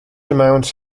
amounts